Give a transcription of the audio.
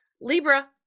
Libra